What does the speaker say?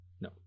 No